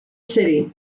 city